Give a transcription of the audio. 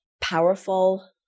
powerful